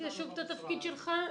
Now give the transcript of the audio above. שוב את התפקיד שלך,